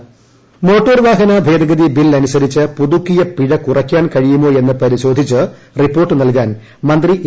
motor വാഹന നിയമം ഗ മോട്ടോർ വാഹന ഭേദഗതി ബിൽ അനുസരിച്ച് പുതുക്കിയ പിഴ കുറയ്ക്കാൻ കഴിയുമോ എന്ന് പരിശോധിച്ച് റിപ്പോർട്ട് നൽകാൻ മന്ത്രി എ